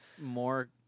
more